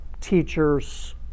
teachers